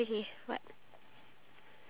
I didn't give you that